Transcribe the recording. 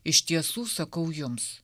iš tiesų sakau jums